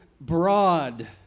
broad